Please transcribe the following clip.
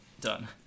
Done